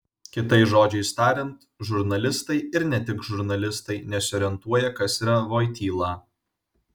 kitais žodžiais tariant žurnalistai ir ne tik žurnalistai nesiorientuoja kas yra voityla